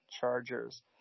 Chargers